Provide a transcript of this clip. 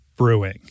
brewing